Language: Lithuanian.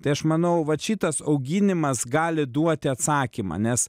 tai aš manau vat šitas auginimas gali duoti atsakymą nes